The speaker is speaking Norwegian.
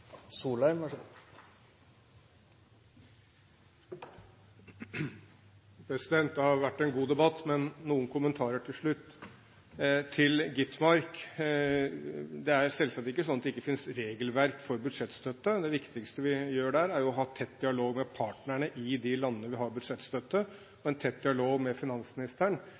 Det har vært en god debatt, men jeg har noen kommentarer til slutt. Til Skovholt Gitmark: Det er selvsagt ikke sånn at det ikke finnes regelverk for budsjettstøtte. Det viktigste vi gjør, er å ha tett dialog med partnerne i de landene vi gir budsjettstøtte, og en tett dialog med finansministeren.